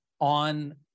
On